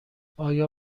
آیا